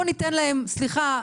אולי ניתן להם להתפוגג.